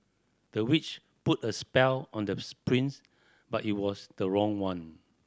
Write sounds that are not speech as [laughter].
the witch put a spell on the [unintelligible] prince but it was the wrong one